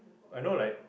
I know like